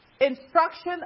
instruction